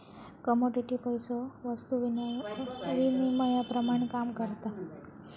commodity पैसो वस्तु विनिमयाप्रमाण काम करता